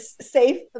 safe